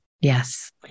Yes